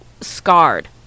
scarred